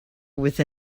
with